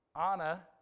Anna